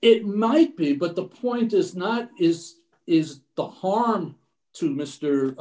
it might be but the point is not is is the harm to mr